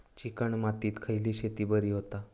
Chicken मातीत खयली शेती बरी होता?